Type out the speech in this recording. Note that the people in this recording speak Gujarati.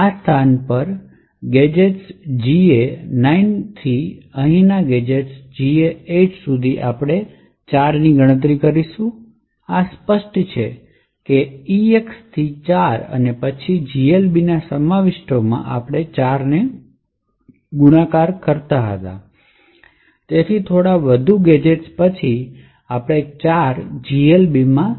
આ સ્થાન પરના ગેજેટ્સ GA 9 થી અહીંના ગેજેટ GA 8 સુધી આપણે અહીં 4 ની ગણતરી કરીશું આ સ્પષ્ટ છે EX થી 4 અને પછી GLB ના સમાવિષ્ટોમાં આપણે 4 ને ગુણાકાર કરીએ છીએ અને તેથી થોડા વધુ ગેજેટ્સ પછી આપણે 4 GLB માં